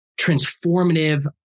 transformative